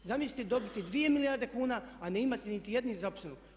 Zamislite dobiti 2 milijarde kuna, a ne imati niti jednog zaposlenog?